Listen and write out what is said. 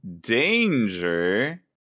Danger